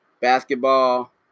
basketball